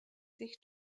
sich